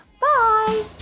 bye